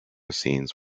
scenes